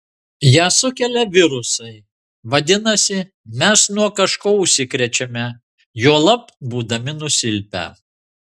ją sukelia virusai vadinasi mes nuo kažko užsikrečiame juolab būdami nusilpę